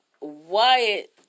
Wyatt